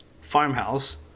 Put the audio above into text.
farmhouse